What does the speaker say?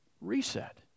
reset